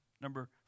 Number